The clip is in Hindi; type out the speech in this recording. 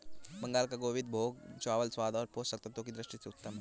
बंगाल का गोविंदभोग चावल स्वाद और पोषक तत्वों की दृष्टि से उत्तम है